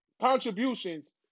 contributions